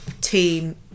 team